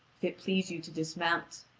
if it please you to dismount.